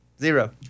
Zero